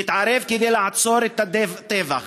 יתערב כדי לעצור את הטבח